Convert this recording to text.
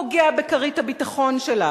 פוגע בכרית הביטחון שלה.